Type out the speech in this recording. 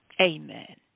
amen